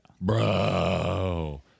Bro